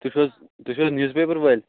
تُہۍ چھُو حظ تُہۍ چھُو حظ نِوٕز پیپَر وٲلۍ